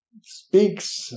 speaks